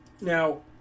Now